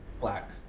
black